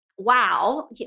wow